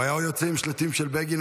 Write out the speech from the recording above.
הוא היה יוצא עם שלטים של בגין,